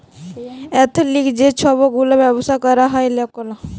এথলিক যে ছব গুলা ব্যাবছা ক্যরে লকরা